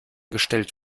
gestellt